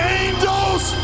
angels